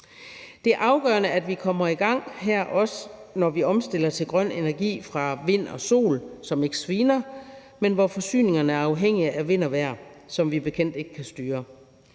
Det er afgørende, at vi også her kommer i gang, når vi omstiller til grøn energi fra vind og sol, som ikke sviner, men hvor forsyningerne er afhængige af vind og vejr, som vi som bekendt ikke kan styre.